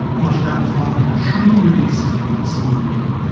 but that was one of the true releases i got smoking dope,